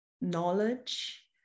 knowledge